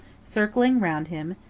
circling round him,